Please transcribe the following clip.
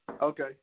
Okay